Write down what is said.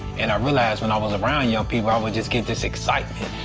and i realized when i was around young people i would just get this excitement,